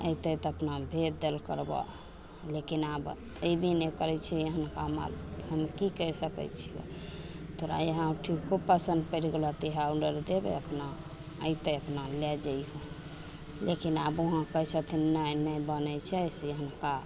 ऐतैय तऽ अपना भेज देल करबऽ लेकिन आब अइबे नहि करय छै एहनका माल हम कि करि सकय छियो तोरा इएह औँठी खूब पसन्द पड़ि गेलऽ तऽ इएह आर्डर देबय अपना ऐतय अपना लए जा हऽ लेकिन आब वहाँ कहय छथिन नहि ने बनय छै से एहनका